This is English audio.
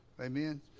Amen